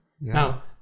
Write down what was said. Now